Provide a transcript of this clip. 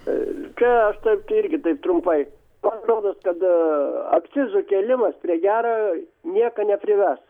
čia aš taip irgi taip trumpai man rodos kad akcizų kėlimas prie gerą nieką neprives